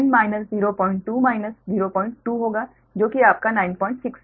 तो यह 10 02 02 होगा जो कि आपका 96 है